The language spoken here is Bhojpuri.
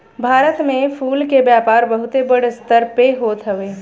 भारत में फूल के व्यापार बहुते बड़ स्तर पे होत हवे